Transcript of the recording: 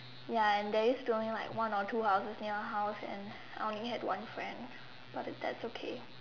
ya and there used to only like one or two houses near her house and I only had one friend but that's okay